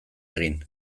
egin